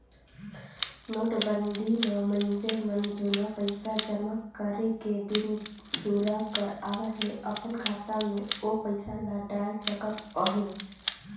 नोटबंदी म मइनसे मन जुनहा पइसा जमा करे के दिन दुरा कर आवत ले अपन खाता में ओ पइसा ल डाएल सकत अहे